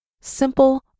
simple